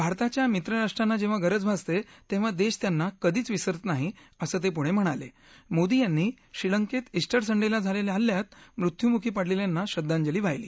भारताच्या मित्र राष्ट्रांना जह्ता गरज भासत िव्हि दर्श त्यांना कधीच विसरत नाही असं त पुढ म्हणाल ाोदी यांनी श्रीलंक्ती इस्टर संडली झालल्यात मृत्युमुखी पडलखिांना श्रद्धांजली वाहिली